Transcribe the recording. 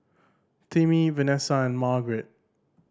Timmy Venessa and Margaret